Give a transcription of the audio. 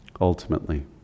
ultimately